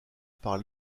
par